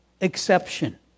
exception